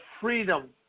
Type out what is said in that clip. freedom